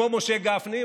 כמו משה גפני,